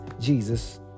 Jesus